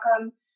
welcome